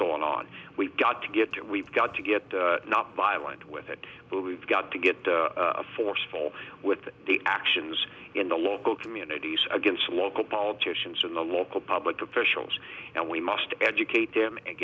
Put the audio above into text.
going on we've got to get it we've got to get not violent with it but we've got to get a forceful with the actions in the local communities against local politicians and the local public officials and we must educate them and